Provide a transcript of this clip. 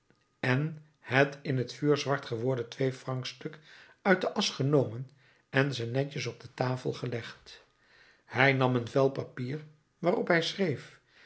en het in t vuur zwart geworden twee francs stuk uit de asch genomen en ze netjes op de tafel gelegd hij nam een vel papier waarop hij schreef